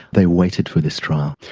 they waited for this trial.